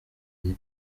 bihe